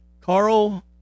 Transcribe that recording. Carl